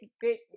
great